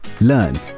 Learn